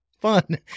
fun